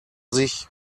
sich